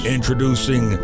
Introducing